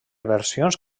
versions